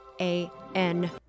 a-n